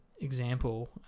example